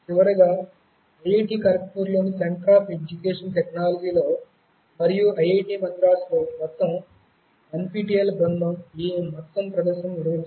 చివరగా ఐఐటి ఖరగ్పూర్లోని centre of education టెక్నాలజీలో మరియు ఐఐటి మద్రాసులో మొత్తం ఎన్పిటిఎల్ బృందం ఈ మొత్తం ప్రదర్శనను నిర్వహిస్తోంది